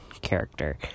character